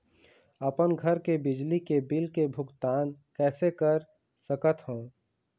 अपन घर के बिजली के बिल के भुगतान कैसे कर सकत हव?